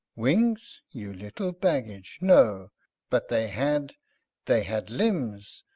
wings, you little baggage, no but they had they had limbs,